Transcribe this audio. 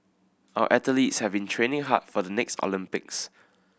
our athletes have been training hard for the next Olympics